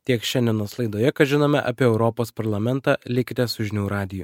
tiek šiandienos laidoje ką žinome apie europos parlamentą likite su žinių radiju